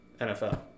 nfl